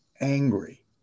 angry